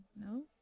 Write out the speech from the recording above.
no